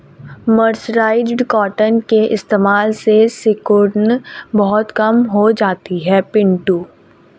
mercerised cotton के इस्तेमाल से सिकुड़न बहुत कम हो जाती है पिंटू